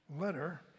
letter